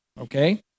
Okay